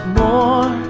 more